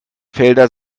felder